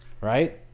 right